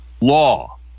law